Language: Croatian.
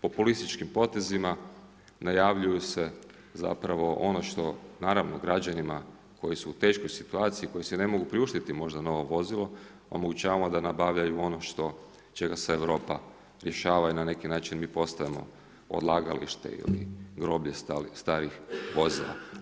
Populističkim potezima najavljuju se ono što naravno građanima koji su teškoj situaciji koji si ne mogu priuštiti možda novo vozilo omogućavamo da nabavljaju ono čega se Europa rješava i na neki način mi postajemo odlagalište ili groblje starih vozila.